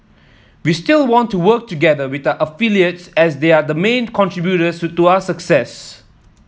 we still want to work together with our affiliates as they are the main contributors to our success